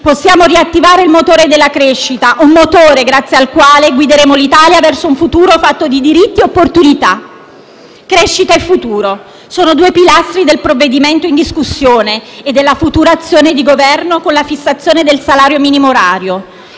possiamo riattivare il motore della crescita, un motore grazie al quale guideremo l'Italia verso un futuro fatto di diritti e opportunità. Crescita e futuro: sono i due pilastri del provvedimento in discussione e della futura azione di Governo con la fissazione del salario minimo orario.